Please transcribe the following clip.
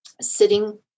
sitting